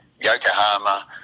Yokohama